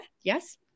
Yes